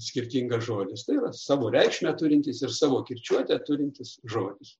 skirtingas žodis tai yra savo reikšmę turintys ir savo kirčiuotę turintis žodis